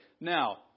Now